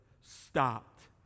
stopped